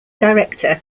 director